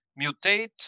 mutate